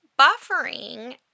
Buffering